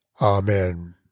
Amen